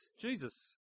Jesus